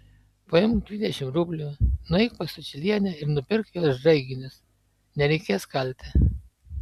paimk dvidešimt rublių nueik pas sučylienę ir nupirk jos žaiginius nereikės kalti